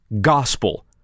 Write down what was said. gospel